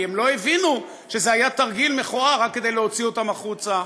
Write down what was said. כי הם לא הבינו שזה היה תרגיל מכוער רק כדי להוציא אותם החוצה.